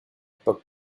book